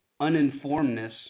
uninformedness